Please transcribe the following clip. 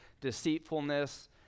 deceitfulness